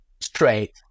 straight